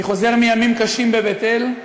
אני חוזר מימים קשים בבית-אל.